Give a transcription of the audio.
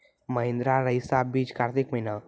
महिंद्रा रईसा बीज कार्तिक महीना?